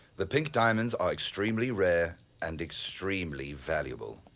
the pink diamonds are extremely rare and extremely valuable.